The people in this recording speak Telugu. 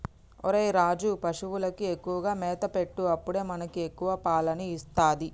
ఒరేయ్ రాజు, పశువులకు ఎక్కువగా మేత పెట్టు అప్పుడే మనకి ఎక్కువ పాలని ఇస్తది